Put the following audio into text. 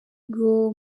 ngo